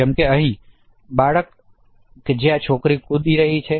જેમ કે અહી બાળક કે જે આ છોકરી કૂદી રહી છે